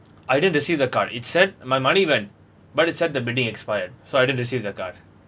I didn't receive the card it said my money went but it said the bidding expired so I didn't receive the card